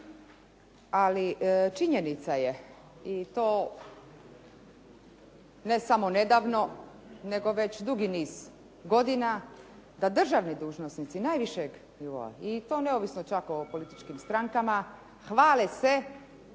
ali činjenica je i to ne samo nedavno, nego već dugi niz godina da državni dužnosnici najvišeg nivoa, i to neovisno čak o političkim strankama hvale se